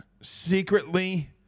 secretly